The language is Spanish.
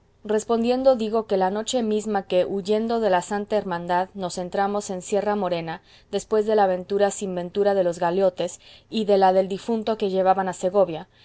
respondiendo digo que la noche misma que huyendo de la santa hermandad nos entramos en sierra morena después de la aventura sin ventura de los galeotes y de la del difunto que llevaban a segovia